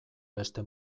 beste